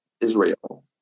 Israel